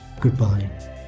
Goodbye